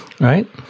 right